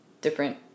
different